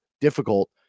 difficult